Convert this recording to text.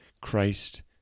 Christ